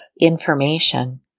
information